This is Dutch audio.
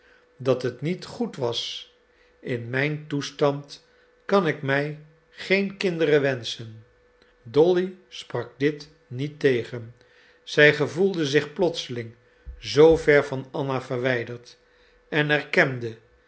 dat het niet goed was in mijn toestand kan ik mij geen kinderen wenschen dolly sprak dit niet tegen zij gevoelde zich plotseling zoo ver van anna verwijderd en erkende